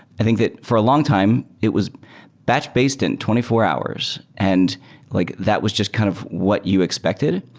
i think that for a long time, it was batch based in twenty four hours and like that was just kind of what you expected.